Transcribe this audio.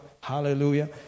Hallelujah